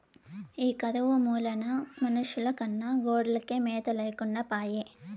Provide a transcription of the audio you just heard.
ఈ కరువు మూలాన మనుషుల కన్నా గొడ్లకే మేత లేకుండా పాయె